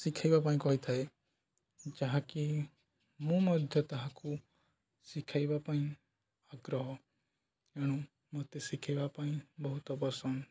ଶିଖାଇବା ପାଇଁ କହିଥାଏ ଯାହାକି ମୁଁ ମଧ୍ୟ ତାହାକୁ ଶିଖାଇବା ପାଇଁ ଆଗ୍ରହ ତେଣୁ ମତେ ଶିଖେଇବା ପାଇଁ ବହୁତ ପସନ୍ଦ